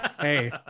Hey